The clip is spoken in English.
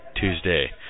Tuesday